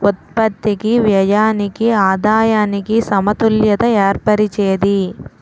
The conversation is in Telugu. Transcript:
ఉత్పత్తికి వ్యయానికి ఆదాయానికి సమతుల్యత ఏర్పరిచేది